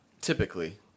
typically